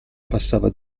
passava